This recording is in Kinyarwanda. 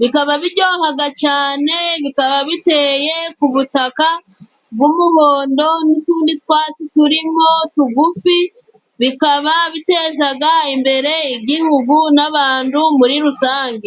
bikaba biryohaga cane, bikaba biteye ku butaka bw'umuhondo, n'utundi twatsi turimo tugufi, bikaba bitezaga imbere Igihugu n'abandu muri rusange.